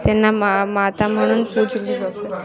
त्यांना मा माता म्हणून पुजली जातात